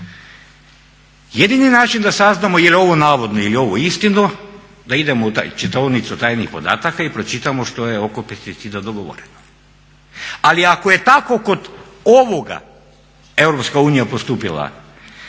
Jedini način da saznamo je li ovo navodno ili je ovo istina da idemo u tu čitaonicu tajnih podataka i pročitamo što je oko pesticida dogovoreno. Ali ako je tako kod ovoga EU postupila